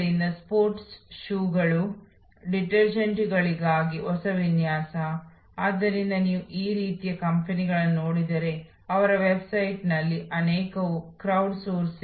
ಆದ್ದರಿಂದ ನಿಮ್ಮ ಸ್ಪರ್ಶ ಕೇಂದ್ರಗಳಲ್ಲಿ ವಿವೇಚನಾ ಶಕ್ತಿಯನ್ನು ಹೊಂದಲು ನಿಮ್ಮ ಉದ್ಯೋಗಿಗಳಿಗೆ ಅಧಿಕಾರ ನೀಡುವುದು ನಿಮ್ಮ ವ್ಯವಸ್ಥೆ